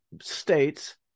states